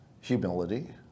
humility